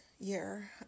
year